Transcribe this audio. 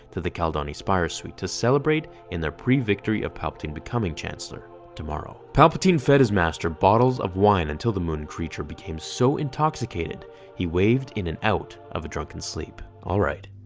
to the kaldani spire suite to celebrate in their pre-victory of palpatine becoming chancellor tomorrow. palpatine fed his master bottles of wine until the muun creature became so intoxicated he waved in and out of a drunken sleep. all right,